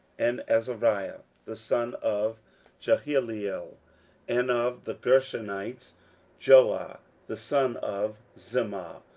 and azariah the son of jehalelel and of the gershonites joah the son of zimmah,